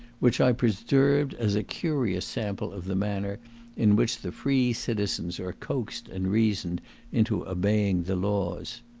which i preserved as a curious sample of the manner in which the free citizens are coaxed and reasoned into obeying the laws.